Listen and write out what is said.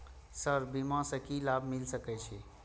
Sir बीमा से की लाभ मिल सके छी?